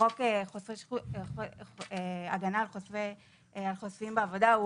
חוק הגנה על חושפי שחיתות בעבודה הוא